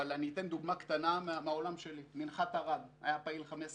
אבל אני אתן דוגמה קטנה מהעולם שלי מנחת ערד היה פעיל 15 שנה,